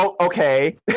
okay